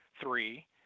three